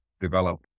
develop